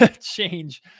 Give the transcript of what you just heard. change